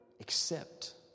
accept